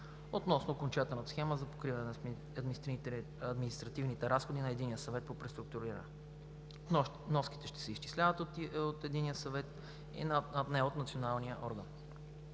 относно окончателна схема за покриване на административните разходи на Единния съвет по преструктуриране. Вноските ще се изчисляват от Единния съвет, а не от Националния орган.